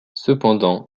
cependant